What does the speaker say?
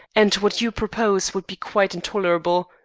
and what you propose would be quite intolerable.